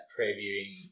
previewing